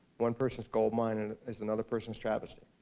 one person's gold mine and is another person's travesty.